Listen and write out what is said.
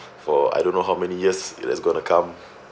for I don't know how many years that's going to come